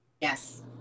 Yes